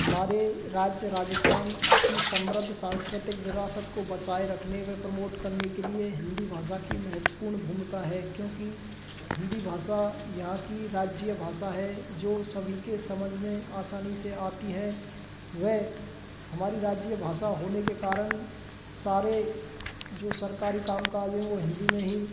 हमारे राज्य राजस्थान की समृद्ध सांस्कृतिक विरासत को बचाए रखने व प्रमोट करने के लिए हिंदी भाषा की महत्वपूर्ण भूमिका है क्योंकि हिंदी भाषा यहाँ की राज्य भाषा है जो सभी के समझ में आसानी से आती है वह हमारी राज्य भाषा होने के कारण सारे जो सरकारी काम काज है वो हिंदी में ही